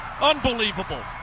Unbelievable